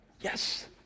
Yes